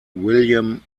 william